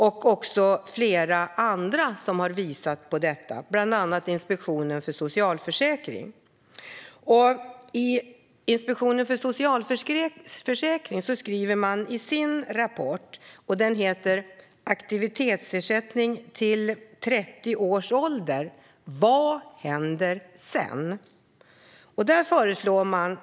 Också flera andra har visat på detta, bland andra Inspektionen för socialförsäkringen. Inspektionen föreslår i sin rapport Aktivitetsersättning till trettio års ålder - Vad händer sedan?